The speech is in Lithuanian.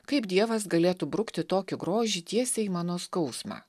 kaip dievas galėtų brukti tokį grožį tiesiai į mano skausmą